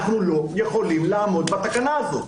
אנחנו לא יכולים לעמוד בתקנה הזאת.